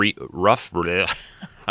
rough